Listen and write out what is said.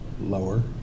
Lower